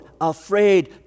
afraid